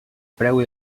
preu